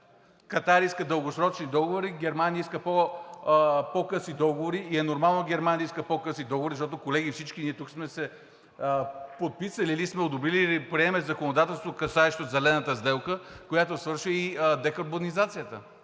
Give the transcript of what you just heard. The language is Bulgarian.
Катар иска дългосрочни договори, Германия иска по-къси договори и е нормално Германия да иска по-къси договори. Защото, колеги, всички ние тук сме се подписали или сме одобрили, или приемаме законодателство, касаещо Зелената сделка, която включва и декарбонизацията,